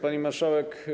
Pani Marszałek!